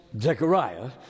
Zechariah